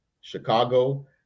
Chicago